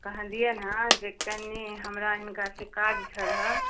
कहलिअनि हँ जे कनि हमरा हिनकासे काज छलऽ